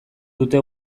dute